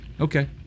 Okay